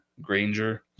Granger